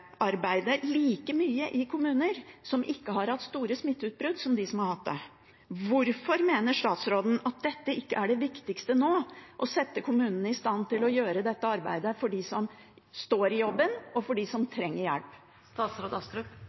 like mye i kommuner som ikke har hatt store smitteutbrudd, som i dem som har hatt det. Hvorfor mener statsråden at dette ikke er det viktigste nå, å sette kommunene i stand til å gjøre dette arbeidet for dem som står i jobben, og for dem som trenger hjelp?